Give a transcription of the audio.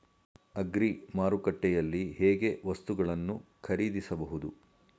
Agri ಮಾರುಕಟ್ಟೆಯಲ್ಲಿ ಹೇಗೆ ವಸ್ತುಗಳನ್ನು ಖರೀದಿಸಬಹುದು?